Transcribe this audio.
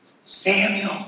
Samuel